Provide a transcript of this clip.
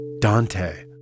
Dante